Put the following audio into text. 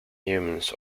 humans